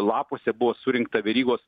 lapuose buvo surinkta verygos